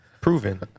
Proven